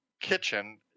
kitchen